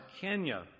kenya